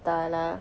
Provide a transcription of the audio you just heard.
entah lah